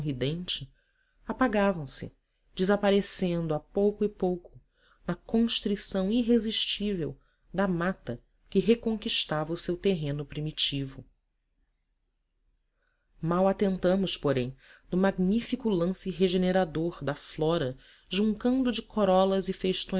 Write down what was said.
ridente apagavam se desaparecendo a pouco e pouco na constrição irresistível da mata que reconquistava o seu terreno primitivo mal atentamos porém no magnífico lance regenerador da flora juncando de corolas e